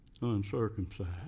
uncircumcised